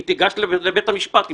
היא תיגש לבית המשפט איתו.